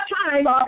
time